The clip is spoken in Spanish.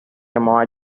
llamaba